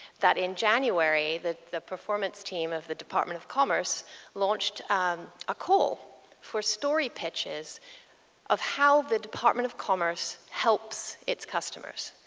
in january, the the performance team of the department of commerce launched a call for story pitches of how the department of commerce helps it's customers.